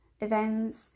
events